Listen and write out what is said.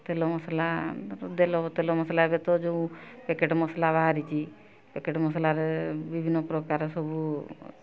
ତେଲ ମସଲା ତେଲ ବୋତଲ ମସଲା ଏବେ ତ ଯେଉଁ ପେକେଟ୍ ମସଲା ବାହାରିଛି ପେକେଟ୍ ମସଲାରେ ବିଭିନ୍ନ ପ୍ରକାର ସବୁ